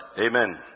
Amen